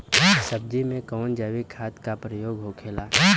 सब्जी में कवन जैविक खाद का प्रयोग होखेला?